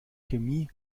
chemie